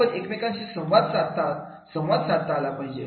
आपण एकमेकांशी संवाद साधतात संवाद साधला पाहिजे